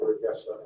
yes